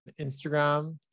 instagram